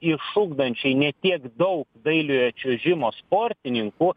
išugdančiai ne tiek daug dailiojo čiuožimo sportininkų